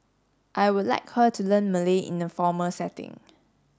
I would like her to learn Malay in a formal setting